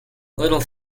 little